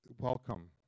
welcome